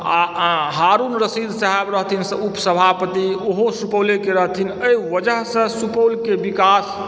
हारून रशीद साहेब रहथिन उपसभापति ओहो सुपौलेके रहथिन एहि वजहसँ सुपौलके विकास